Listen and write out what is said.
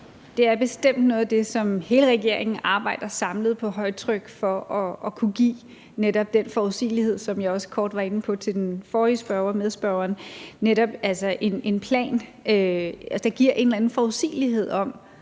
Det er bestemt noget af det, som hele regeringen arbejder samlet på højtryk for at kunne give. Det er netop den forudsigelighed, som jeg også kort var inde på til den forrige spørger, medspørgeren, altså en plan, der giver en eller anden forudsigelighed om,